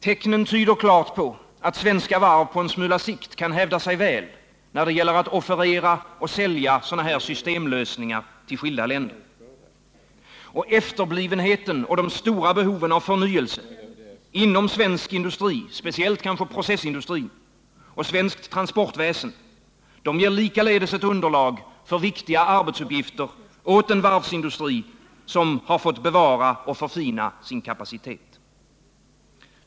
Tecknen tyder klart på att svenska varv på en smula sikt kan hävda sig väl då det gäller att offerera och sälja sådana här systemlösningar till skilda länder. Och efterblivenheten och de stora behoven av förnyelse inom svensk industri, speciellt kanske processindustrin, och svenskt transportväsen ger likaledes ett underlag för viktiga arbetsuppgifter åt en varvsindustri som har fått bevara och förfina sin kapacitet.